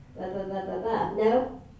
no